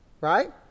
right